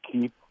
keep